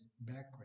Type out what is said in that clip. background